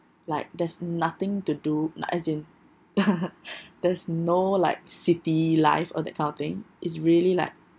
like there's nothing to do like as in there's no like city life all that kind of thing it's really like